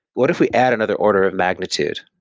what if we add another order of magnitude?